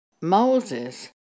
Moses